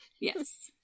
Yes